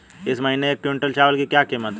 इस महीने एक क्विंटल चावल की क्या कीमत है?